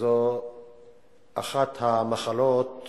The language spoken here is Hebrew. שזאת אחת המחלות